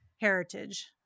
heritage